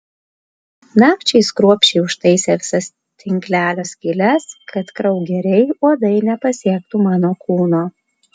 nakčiai jis kruopščiai užtaisė visas tinklelio skyles kad kraugeriai uodai nepasiektų mano kūno